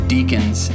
Deacons